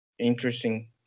interesting